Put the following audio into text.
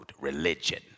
religion